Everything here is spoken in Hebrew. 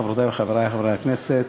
חברי וחברותי חברי הכנסת,